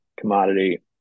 commodity